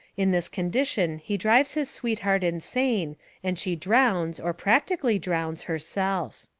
in this condition he drives his sweetheart insane and she drowns, or practically drowns, herself.